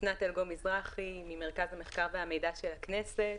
אסנת אלגום מזרחי ממרכז המחקר והמידע של הכנסת.